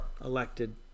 elected